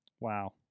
Wow